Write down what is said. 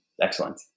excellent